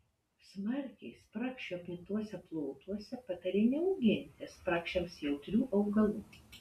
smarkiai spragšių apniktuose plotuose patarė neauginti spragšiams jautrių augalų